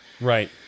Right